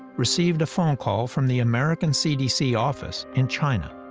received a phone call from the american cdc office in china.